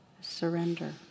surrender